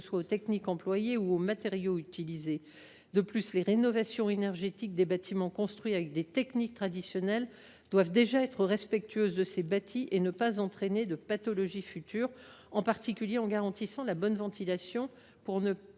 que ce soit aux techniques employées ou aux matériaux utilisés. De plus, les rénovations énergétiques des bâtiments construits avec des techniques traditionnelles doivent déjà être respectueuses de ces bâtis et ne pas être à l’origine de pathologies futures, en particulier en garantissant une bonne ventilation – il s’agit de ne pas